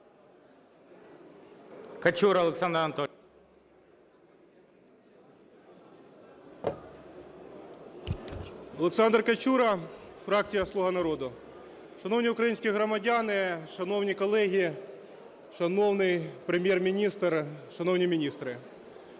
Олександр Качура, фракція "Слуга народу". Шановні українські громадяни, шановні колеги, шановний Прем'єр-міністр, шановні міністри!